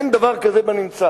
אין דבר כזה בנמצא.